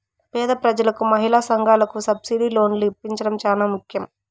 పేద ప్రజలకు మహిళా సంఘాలకు సబ్సిడీ లోన్లు ఇప్పించడం చానా ముఖ్యం